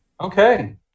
Okay